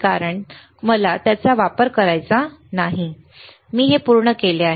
कारण मला त्याचा वापर करायचा नाही मी हे पूर्ण केले आहे